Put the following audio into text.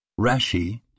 Rashi